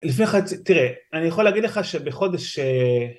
לפני חצי תראה אני יכול להגיד לך שבחודש